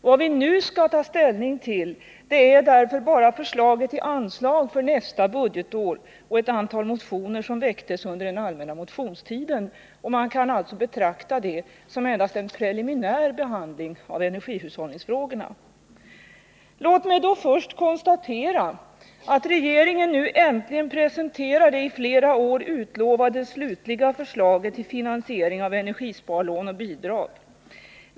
Vad vi nu skall ta ställning till är därför endast förslaget till anslag inför nästa budgetår och ett antal motioner som väcktes under den allmänna motionstiden. Man kan alltså betrakta det som endast en preliminär behandling av energihushållningsfrågorna. Låt mig då för det första konstatera att regeringen nu äntligen presenterar det i flera år utlovade slutliga förslaget till finansiering av energisparlån och bidrag.